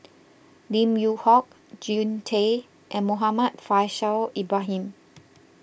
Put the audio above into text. Lim Yew Hock Jean Tay and Muhammad Faishal Ibrahim